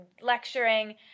lecturing